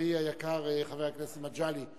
חברי היקר חבר הכנסת מגלי,